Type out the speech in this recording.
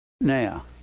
Now